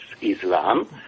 Islam